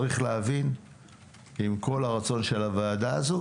צריך להבין שעם כול הרצון של הוועדה הזאת,